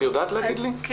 כן.